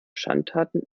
schandtaten